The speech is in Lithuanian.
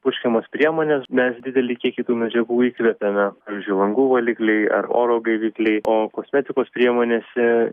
purškiamos priemonės mes didelį kiekį tų medžiagų įkvepiame pavyzdžiui langų valikliai ar oro gaivikliai o kosmetikos priemonėse